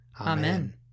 Amen